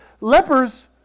lepers